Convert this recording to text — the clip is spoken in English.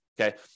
Okay